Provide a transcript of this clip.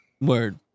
Word